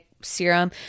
serum